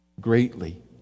Greatly